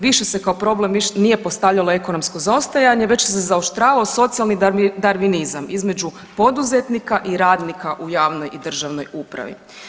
Više se kao problem nije postavljalo ekonomsko zaostajanje već se zaoštravao socijalni Darvinizam između poduzetnika i radnika u javnoj i državnoj upravi.